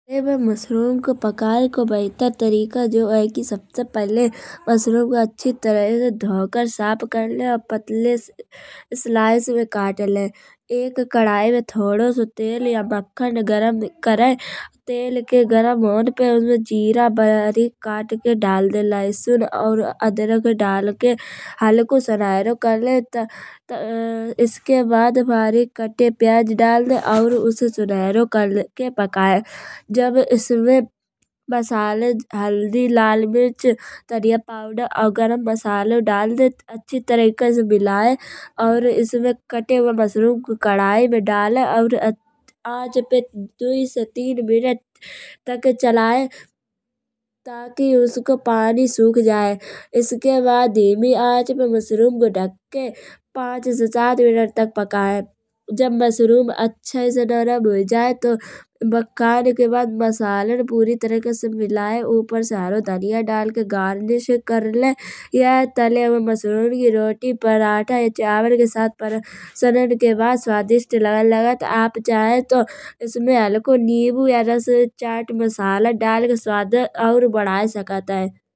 सर्दी में मशरूम को पकाय के बेहतर तरीका जो है। की पहिले मशरूम का अच्छी तरह से धोकर साफ करले। और पतले स्लाइस में काट ले। एक कड़ाही में थोदो सो। तेल या मक्खन गरम कराये। तेल के गरम होन पे उमे जीरा बारीक काट के डाल दे। लहसुन और अदरक डाल के हल्को सुनहरो कर ले। इसके बाद बारीक काटे प्याज डाल दे। और उसे सुनहरो कर के पकाये। जब इसमे मसाले हल्दी लाल मिर्च धनिया पाउडर और गरम मसाला डाल दे। अच्छी तरीके से मिलाये और इसमे काटे हुए मशरूम को कड़ाही में डाले। और आंच में दुयी से तीन मिनट तक चलाये। ताकि उसको पानी सूख जाये। इसके बाद धीमी आंच पे मशरूम को ढक के पांच से सात मिनट तक पकाये। जब मशरूम अच्छे से नरम हुई जाये तो पक्कन के बाद मसालन पूरी तरीके से मिलाये। ऊपर से हरी धनिया डाल के गार्निश करके गार्निश कर ले। यह तले हुए मशरूम की रोटी पराठा या चावल के साथ परोसन के बाद स्वादिष्ट लगन लगत। आप चाहे तउ इसमे हल्को नीम्बू या रस चाट मसाला डाल के स्वाद और बढ़ाये सघत है।